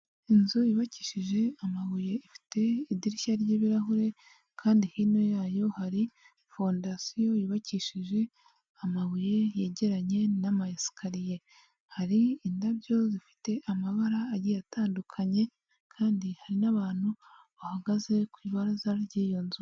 Inzu yubakishije amabuye ifite idirishya ry'ibirahure kandi hino yayo hari fondasiyo yubakishije amabuye yegeranye n'amayesikariye, hari indabyo zifite amabara agiye atandukanye kandi hari n'abantu bahagaze ku ibarazara ry'iyo nzu.